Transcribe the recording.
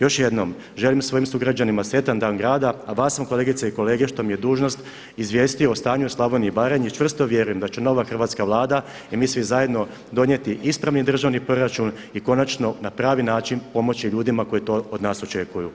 Još jednom želim svojim sugrađanima sretan dan grada a vas sam kolegice i kolege što mi je dužnost izvijestio o stanju u Slavoniji i Baranji i čvrsto vjerujem da će nova Hrvatska vlada i mi svi zajedno donijeti ispravni državni proračun i konačno na pravi način pomoći ljudima koji to od nas očekuju.